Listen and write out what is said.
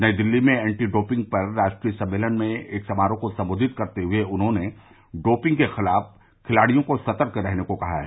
नई दिल्ली में anti doping पर राष्ट्रीय सम्मेलन में एक समारोह को संबोधित करते हुए उन्होंने डोपिंग के खिलाफ खिलाडियों को सतर्क रहने को कहा है